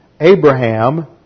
Abraham